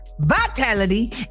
vitality